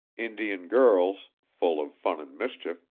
indian girls, full of fun and mischief,